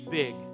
big